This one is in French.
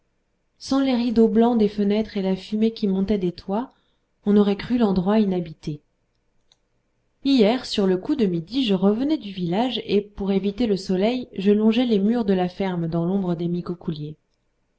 sans les rideaux blancs des fenêtres et la fumée qui montait des toits on aurait cru l'endroit inhabité hier sur le coup de midi je revenais du village et pour éviter le soleil je longeais les murs de la ferme dans l'ombre des